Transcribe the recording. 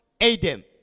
Adam